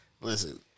Listen